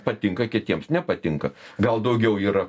patinka kitiems nepatinka gal daugiau yra